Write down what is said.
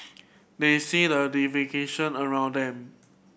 they see the around them